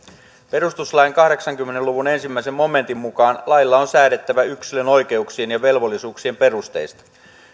perustuslain kahdeksannenkymmenennen pykälän ensimmäisen momentin mukaan lailla on säädettävä yksilön oikeuksien ja velvollisuuksien perusteista